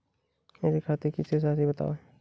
मेरे खाते की शेष राशि बताओ?